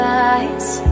eyes